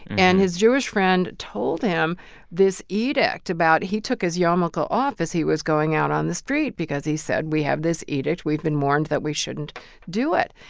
and his jewish friend told him this edict about he took his yarmulke off as he was going out on the street because he said, we have this edict. we've been warned that we shouldn't do it.